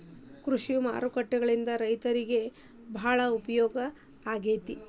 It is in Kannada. ಕೃಷಿ ಮಾರುಕಟ್ಟೆಗಳಿಂದ ರೈತರಿಗೆ ಬಾಳ ಉಪಯೋಗ ಆಗೆತಿ